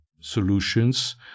solutions